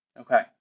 Okay